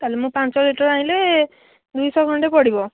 ତାହେଲେ ମୁଁ ପାଞ୍ଚ ଲିଟର୍ ଆଣିଲେ ଦୁଇଶହ ଖଣ୍ଡ ପଡ଼ିବ